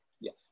Yes